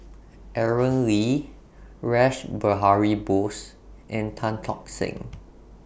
Aaron Lee Rash Behari Bose and Tan Tock Seng